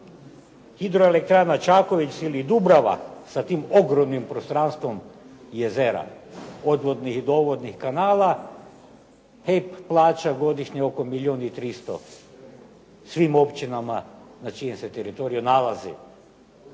hidroelektrana „Čakovec“ ili „Dubrava“ sa tim ogromnim prostranstvom jezera, odvodnih i dovodnih kanala HEP plaća godišnje oko milijun i 300 svim općinama na čijem se teritoriju nalazi.